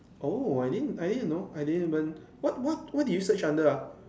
oh I didn't I didn't know I didn't even what what did you search under ah